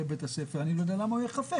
בית הספר אני לא יודע למה הוא יהיה חפץ,